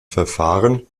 verfahren